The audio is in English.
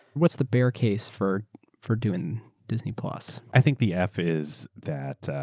what's the bear case for for doing disney plus? i think the f is that